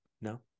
no